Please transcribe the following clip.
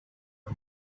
for